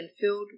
filled